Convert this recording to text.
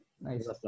Nice